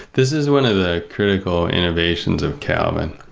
this is one of the critical innovations of calvin,